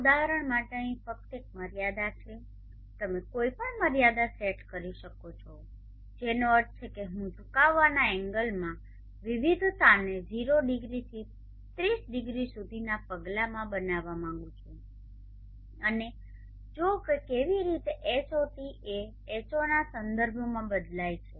આ ઉદાહરણ માટે અહીં ફક્ત એક મર્યાદા છે તમે કોઈપણ મર્યાદા સેટ કરી શકો છો જેનો અર્થ છે કે હું ઝુકાવના એંગલમાં વિવિધતાને 0 ડિગ્રીથી 30 ડિગ્રી સુધીના પગલામાં બનાવવા માંગું છું અને જુઓ કે કેવી રીતે Hot એ H0 ના સંદર્ભમાં બદલાય છે